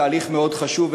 תהליך מאוד חשוב,